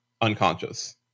unconscious